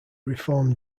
reform